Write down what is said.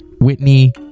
Whitney